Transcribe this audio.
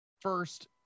first